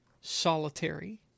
solitary